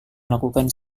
melakukan